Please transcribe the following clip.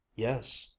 yes,